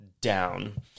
down